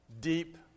deep